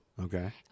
Okay